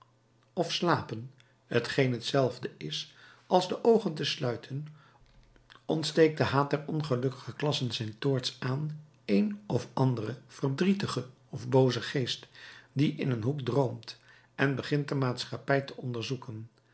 of slapen t geen hetzelfde is als de oogen te sluiten ontsteekt de haat der ongelukkige klassen zijn toorts aan een of anderen verdrietigen of boozen geest die in een hoek droomt en begint de maatschappij te onderzoeken